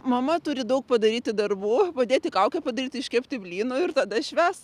mama turi daug padaryti darbų padėti kaukę padaryti iškepti blynų ir tada švęs